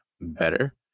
better